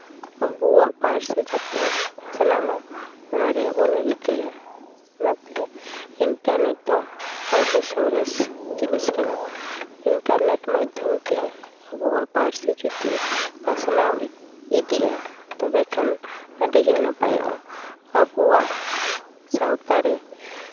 ᱟᱵᱚᱣᱟᱜ ᱯᱟᱹᱨᱥᱤ ᱡᱟᱛᱮ ᱯᱟᱥᱱᱟᱜᱼᱢᱟ ᱚᱱᱟ ᱨᱮᱭᱟᱜ ᱵᱚᱱ ᱨᱤᱠᱟᱹᱭᱟ ᱚᱱᱟᱛᱮ ᱤᱱᱴᱟᱨᱱᱮᱴ ᱫᱚ ᱟᱹᱰᱤ ᱥᱚᱨᱮᱥ ᱡᱤᱱᱤᱥ ᱠᱟᱱᱟ ᱤᱱᱴᱟᱨᱱᱮᱴ ᱢᱟᱫᱽᱫᱷᱚᱢ ᱛᱮ ᱟᱵᱚᱣᱟᱜ ᱯᱟᱹᱨᱥᱤ ᱡᱩᱫᱤ ᱯᱟᱥᱱᱟᱣ ᱤᱫᱤᱜᱼᱟ ᱛᱚᱵᱮ ᱠᱷᱟᱱ ᱟᱹᱰᱤᱜᱮ ᱱᱟᱯᱟᱭᱚᱜᱼᱟ ᱟᱵᱚᱣᱟᱜ ᱥᱟᱶᱛᱟ ᱨᱮ